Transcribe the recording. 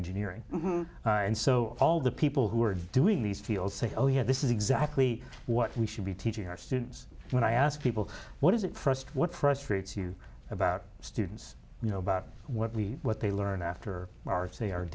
engineering and so all the people who are doing these fields say oh yeah this is exactly what we should be teaching our students when i ask people what is it first what frustrates you about students you know about what we what they learn after march they are